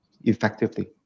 effectively